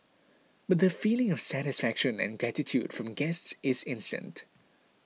but the feeling of satisfaction and gratitude from guests is instant